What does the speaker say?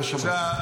לא שמעתי.